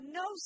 no